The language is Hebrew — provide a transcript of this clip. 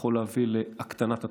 יכול להביא להקטנת התופעה,